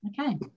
okay